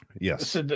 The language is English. Yes